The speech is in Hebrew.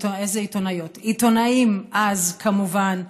איזה עיתונאיות, עיתונאים אז, כמובן: